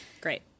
Great